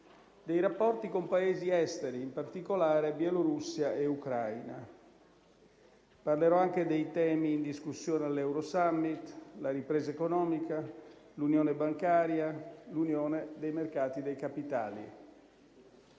e rapporti con Paesi esteri (in particolare Bielorussia e Ucraina). Parlerò anche dei temi in discussione all'Eurosummit: la ripresa economica, l'unione bancaria, l'unione dei mercati dei capitali.